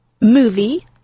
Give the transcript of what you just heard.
movie